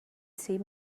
see